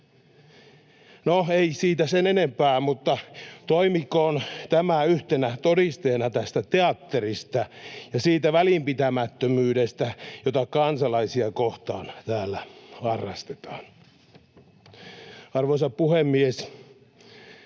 No ei siitä sen enempää, mutta toimikoon tämä yhtenä todisteena tästä teatterista ja siitä välinpitämättömyydestä, jota kansalaisia kohtaan täällä harrastetaan. Arvoisa puhemies!